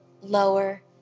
lower